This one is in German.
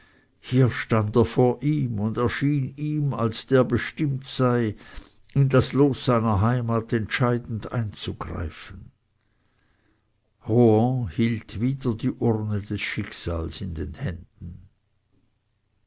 hier stand er vor ihm und erschien ihm als der bestimmt sei in das los seiner heimat entscheidend einzugreifen rohan hielt wieder die urne des schicksals in den händen